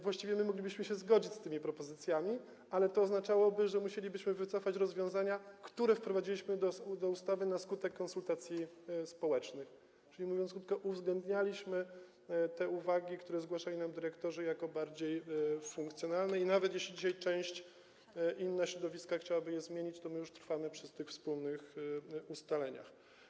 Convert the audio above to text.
Właściwie my moglibyśmy się zgodzić z tymi propozycjami, ale to oznaczałoby, że musielibyśmy wycofać rozwiązania, które wprowadziliśmy do ustawy na skutek konsultacji społecznych, czyli mówiąc krótko: uwzględnialiśmy te uwagi, które zgłaszali nam dyrektorzy jako bardziej funkcjonalne, i nawet jeśli dzisiaj inna część środowiska chciałaby je zmienić, to my już trwamy przy tych wspólnych ustaleniach.